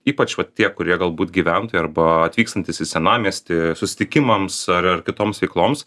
ypač va tie kurie galbūt gyventojai arba atvykstantys į senamiestį susitikimams ar ar kitoms veikloms